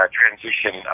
transition